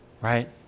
right